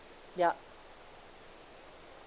ya